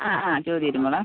ആ ആ ചോദീര് മോളെ